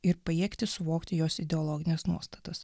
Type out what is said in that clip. ir pajėgti suvokti jos ideologines nuostatas